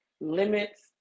limits